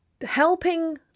Helping